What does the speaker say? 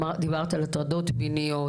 דיברת על הטרדות מיניות.